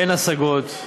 אין השגות,